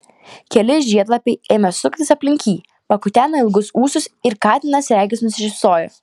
keli žiedlapiai ėmė suktis aplink jį pakuteno ilgus ūsus ir katinas regis nusišypsojo